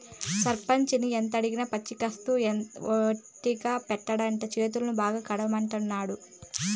సర్పంచిని ఎంతడిగినా పూచికత్తు ఒట్టిగా పెట్టడంట, చేతులు బాగా తడపమంటాండాడు